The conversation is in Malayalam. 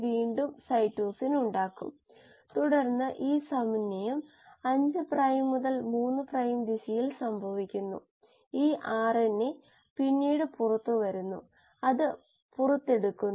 കോമ്പിറ്റിറ്റീവ് vm മാറും നോൺ കോമ്പറ്റിറ്റിവ് km ഉം മാറും uncompetitive v m k m എന്നിവയായും മാറുന്നു